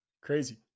Crazy